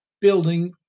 building